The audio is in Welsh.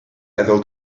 meddwl